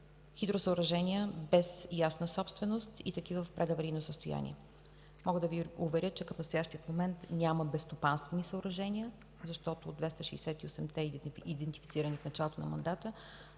хидросъоръжения без ясна собственост и такива в предаварийно състояние. Мога да Ви уверя, че към настоящия момент няма безстопанствени съоръжения, защото от 268 идентифицирани в началото на мандата,